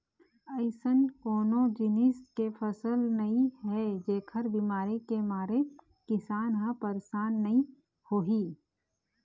अइसन कोनो जिनिस के फसल नइ हे जेखर बिमारी के मारे किसान ह परसान नइ होही